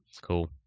Cool